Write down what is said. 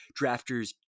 drafters